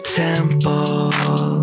temple